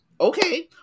Okay